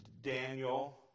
Daniel